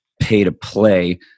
pay-to-play